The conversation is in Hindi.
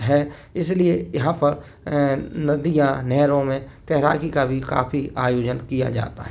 है इसलिए यहाँ पर नदियाँ नहरों में तैराकी का भी काफ़ी आयोजन किया जाता है